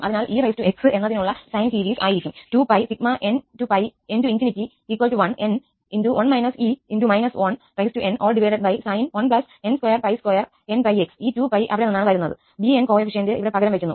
അതിനാൽ 𝑒x എന്നതിനായുള്ള sine series ആയിരിക്കും 2π1𝑛2𝜋2 𝑛𝜋𝑥 ഈ 2𝜋 അവിടെ നിന്നാണ് വരുന്നത് 𝑏𝑛 കോഫിഫിഷ്യന്റ് ഇവിടെ പകരം വയ്ക്കുന്നു